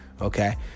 Okay